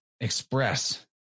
express